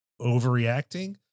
overreacting